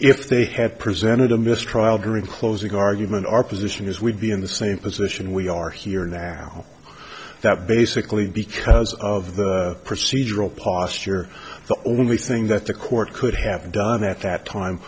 if they had presented a mistrial during closing argument our position is we'd be in the same position we are here now that basically because of the procedural posture the only thing that the court could have done at that time